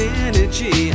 energy